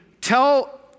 tell